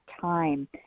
time